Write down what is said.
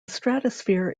stratosphere